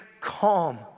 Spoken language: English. calm